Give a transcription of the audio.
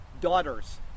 daughters